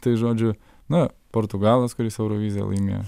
tai žodžiu na portugalas kuris euroviziją laimėjo